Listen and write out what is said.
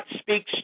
speaks